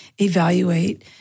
evaluate